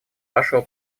вашего